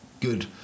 good